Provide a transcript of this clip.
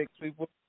people